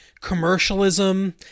commercialism